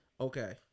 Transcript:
Okay